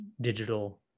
digital